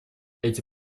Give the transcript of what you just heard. эти